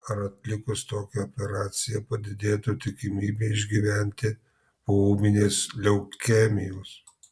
ar atlikus tokią operaciją padidėtų tikimybė išgyventi po ūminės leukemijos